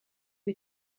est